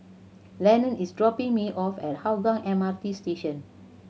Lenon is dropping me off at Hougang M R T Station